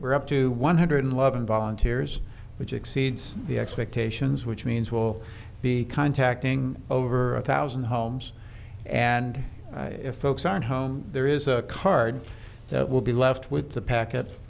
we're up to one hundred eleven volunteers which exceeds the expectations which means will be contacting over a thousand homes and if folks aren't home there is a card that will be left with the packet